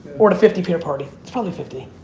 or the fifty pair party. it's probably fifty.